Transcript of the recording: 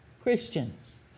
christians